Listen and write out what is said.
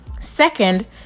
Second